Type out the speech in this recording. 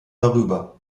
darüber